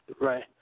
Right